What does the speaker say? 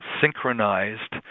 synchronized